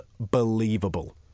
unbelievable